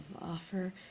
offer